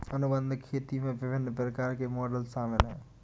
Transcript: अनुबंध खेती में विभिन्न प्रकार के मॉडल शामिल हैं